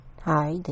Hi